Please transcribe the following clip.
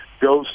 goes